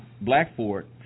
Blackford